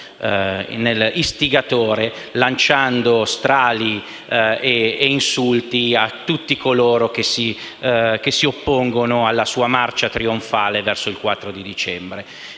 in istigatore, lanciando strali e insulti a tutti coloro che si oppongono alla sua marcia trionfale verso il 4 dicembre.